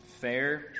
Fair